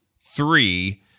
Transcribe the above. three